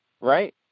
right